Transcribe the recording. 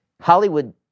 Hollywood